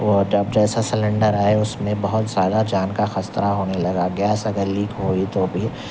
وہ جب جیسا سلینڈر آیا اس میں بہت زیادہ جان کا خطرہ ہونے لگا گیس اگر لیک ہوئی تو بھی